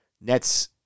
Nets